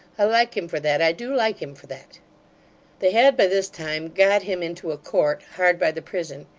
i like him for that. i do like him for that they had by this time got him into a court, hard by the prison.